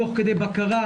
תוך כדי בקרה,